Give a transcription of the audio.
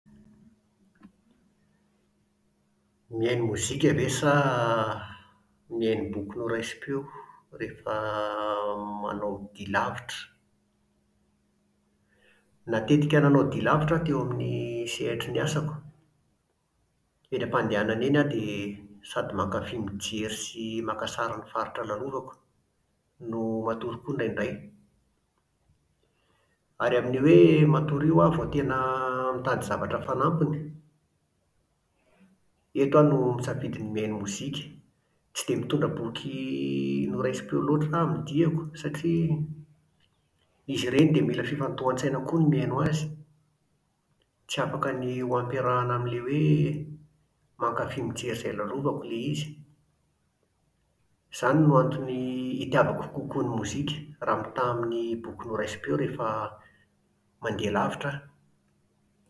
Mihaino mozika ve sa mihaino boky noraisim-peo rehefa manao dia lavitra? Natetika nanao dia lavitra aho teo amin'ny sehatry ny asako. Eny am-pandehanana eny aho dia sady mankafy mijery sy maka sary ny faritra lalovako, no matory koa indraindray. Ary amin'io hoe matory io aho vao tena mitady zavatra fanampiny. Eto aho no misafidy ny mihaino mozika. Tsy dia mitondra boky noraisim-peo loatra aho amin'ny diako, satria izy ireny dia mila fifantohantsaina koa ny mihaino azy. Tsy afaka ny ho ampiarahana amin'ilay hoe mankafy mijery izay lalovako ilay izy. Izany no antony itiavako kokoa ny mozika raha mitaha amin'ny boky noraisim-peo rehefa mandeha lavitra aho